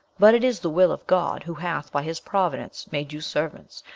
but it is the will of god who hath by his providence made you servants,